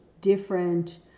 different